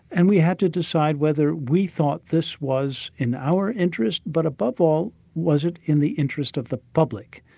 and we had to decide whether we thought this was in our interest, but above all, was it in the interest of the public.